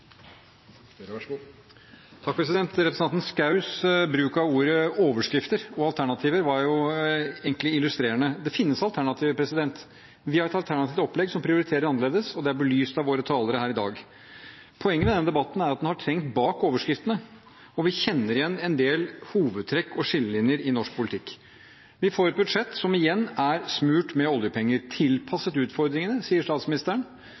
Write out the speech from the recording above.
noe så viktig som en skattereform som ikke minst skal bidra til et godt næringsliv og et godt arbeidsliv framover. Representanten Schous bruk av ordene «overskrifter» og «alternativer» var egentlig illustrerende. Det finnes alternativer. Vi har et alternativt opplegg som prioriterer annerledes, og det er blitt belyst av våre talere her i dag. Poenget med denne debatten er at den har trengt bak overskriftene, og vi kjenner igjen en del hovedtrekk og skillelinjer i norsk politikk. Vi får et budsjett som igjen er smurt